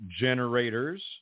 generators